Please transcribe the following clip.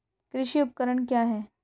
कृषि उपकरण क्या है?